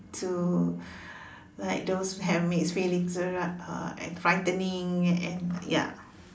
to like those have mixed feeling or like uh and frightening and ya